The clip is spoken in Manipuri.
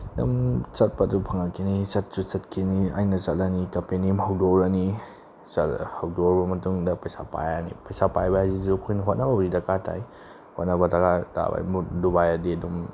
ꯑꯗꯨꯝ ꯆꯠꯄꯗꯨ ꯐꯪꯉꯛꯈꯤꯅꯤ ꯆꯠꯁꯨ ꯆꯠꯈꯤꯅꯤ ꯑꯩꯅ ꯆꯠꯂꯅꯤ ꯀꯝꯄꯅꯤ ꯑꯃ ꯍꯧꯗꯣꯛꯎꯔꯅꯤ ꯆꯠꯂꯒ ꯍꯧꯗꯣꯛꯎꯔꯕ ꯃꯇꯨꯡꯗ ꯄꯩꯁꯥ ꯄꯥꯏꯔꯅꯤ ꯄꯩꯁꯥ ꯄꯥꯏꯕ ꯍꯥꯏꯁꯤꯁꯨ ꯑꯩꯈꯣꯏꯅ ꯍꯣꯠꯅꯕꯕꯨꯗꯤ ꯗꯔꯀꯥꯔ ꯇꯥꯏ ꯍꯣꯠꯅꯕ ꯗꯔꯀꯥꯔ ꯇꯥꯕ ꯍꯥꯏꯕꯗꯨ ꯗꯨꯕꯥꯏꯗꯗꯤ ꯑꯗꯨꯝ